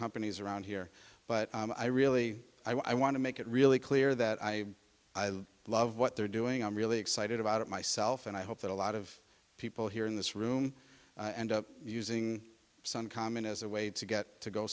companies around here but i really i want to make it really clear that i love what they're doing i'm really excited about it myself and i hope that a lot of people here in this room and using some common as a way to get to go